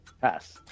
Pass